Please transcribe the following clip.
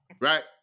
right